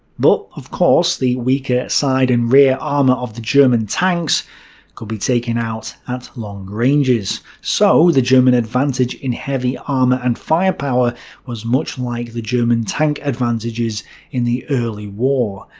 but, of course, the weaker side and rear armour of the german tanks could be taken out at long ranges. so, the german advantage in heavy-armour and firepower was much like the german tank advantages in the early war.